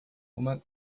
uma